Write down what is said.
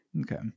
Okay